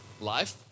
life